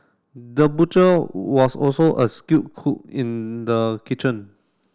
the butcher was also a skilled cook in the kitchen